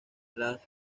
las